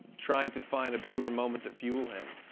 trying to find a pure moment to fuel him.